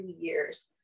years